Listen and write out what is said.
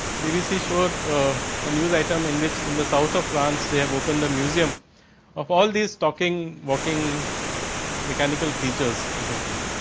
bbc showed a news item, in which in the south of france. they have open the museum of all these talking, walking mechanical creatures essentially,